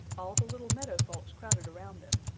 all the little meadow folks crowded around them,